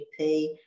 GP